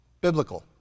biblical